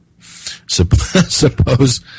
Suppose